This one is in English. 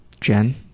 Jen